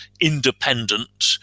independent